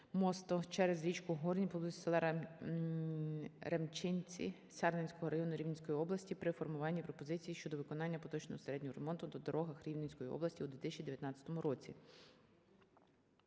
через річку Горинь поблизу села Ремчиці Сарненського району Рівненської області при формуванні пропозицій щодо виконання поточного середнього ремонту на дорогах Рівненської області у 2019 році.